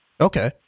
Okay